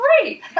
great